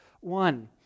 one